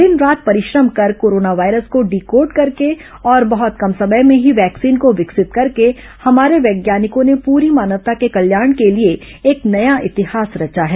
दिन रात परिश्रम कर कोरोना वायरस को डी कोड करके और बहुत कम समय में ही वैक्सीन को विकसित करके हमारे वैज्ञानिकों ने पूरी मानवता के कल्याण के लिए एक नया इतिहास रचा है